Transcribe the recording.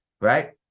right